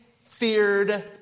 feared